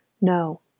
no